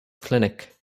clinic